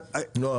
לא,